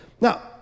Now